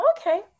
Okay